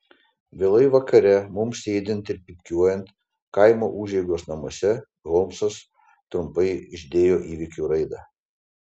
vėlai vakare mums sėdint ir pypkiuojant kaimo užeigos namuose holmsas trumpai išdėjo įvykių raidą